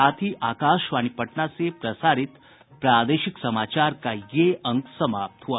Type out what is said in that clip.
इसके साथ ही आकाशवाणी पटना से प्रसारित प्रादेशिक समाचार का ये अंक समाप्त हुआ